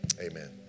amen